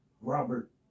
Robert